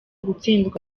gutsindwa